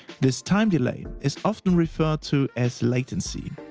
this time delay is often referred to as latency.